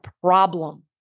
problem